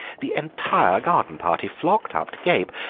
the entire garden-party flocked up to gape.